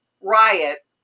riot